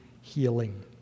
healing